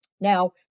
Now